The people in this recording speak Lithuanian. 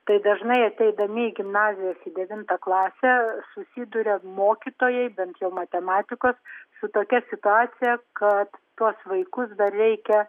tai dažnai ateidami į gimnazijas į devintą klasę susiduria mokytojai bent jau matematikos su tokia situacija kad tuos vaikus dar reikia